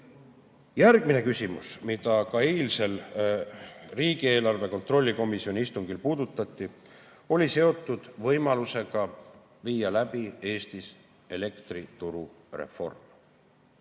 Järgmine küsimus, mida ka eilsel riigieelarve kontrolli komisjoni istungil puudutati, oli seotud võimalusega viia läbi Eestis elektrituru reform.